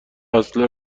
اصلا